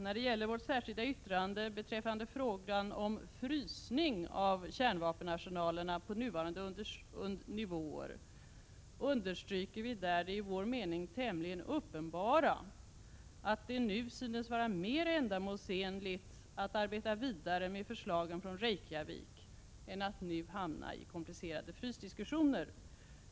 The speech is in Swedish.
När det gäller vårt särskilda yttrande beträffande frågan om frysning av kärnvapenarsenalerna på nuvarande nivåer understryker vi där det enligt vår mening tämligen uppenbara, att det synes vara mer ändamålsenligt att arbeta vidare med förslagen från Reykjavik än att nu hamna i komplicerade frysdiskussioner.